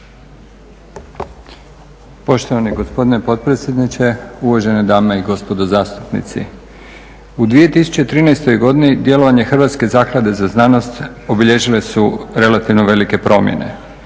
Poštovani gospodine potpredsjedniče, uvažene dame i gospodo zastupnici. U 2013. godini djelovanje Hrvatske zaklade za znanost obilježile su relativno velike promjene.